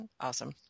awesome